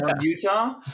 Utah